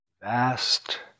vast